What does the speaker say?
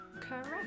correct